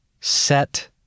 Set